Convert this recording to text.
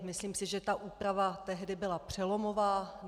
Myslím si, že ta úprava tehdy byla přelomová.